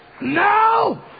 no